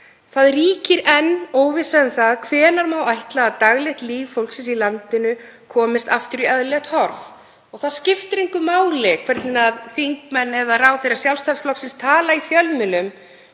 Það ríkir enn óvissa um það hvenær má ætla að daglegt líf fólksins í landinu komist aftur í eðlilegt horf. Og það skiptir engu máli hvernig þingmenn eða ráðherrar Sjálfstæðisflokksins tala í fjölmiðlum